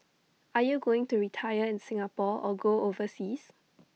are you going to retire in Singapore or go overseas